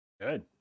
Good